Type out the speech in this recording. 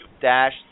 dash